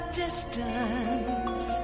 distance